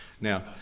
Now